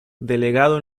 delegado